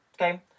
Okay